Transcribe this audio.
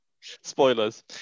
Spoilers